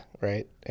right